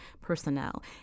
personnel